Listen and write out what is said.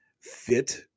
fit